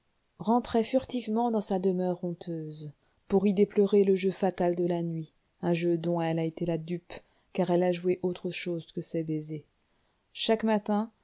rentrait furtivement dans sa demeure honteuse pour y déplorer le jeu fatal de la nuit un jeu dont elle a été la dupe car elle a joué autre chose que ses baisers chaque matin